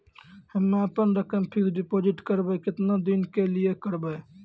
हम्मे अपन रकम के फिक्स्ड डिपोजिट करबऽ केतना दिन के लिए करबऽ?